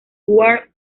war